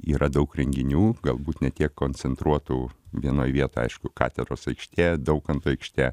yra daug renginių galbūt ne tiek koncentruotų vienoj vietoje aišku katedros aikštė daukanto aikštė